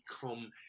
become